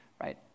right